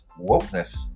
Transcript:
wokeness